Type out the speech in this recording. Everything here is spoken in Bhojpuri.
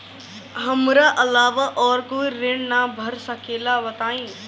हमरा अलावा और कोई ऋण ना भर सकेला बताई?